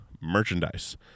merchandise